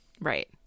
Right